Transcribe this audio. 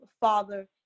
father